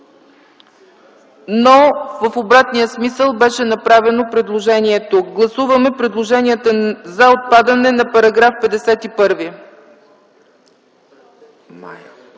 но в обратен смисъл беше направено предложение тук. Гласуваме предложенията за отпадане на § 51.